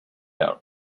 out